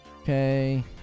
Okay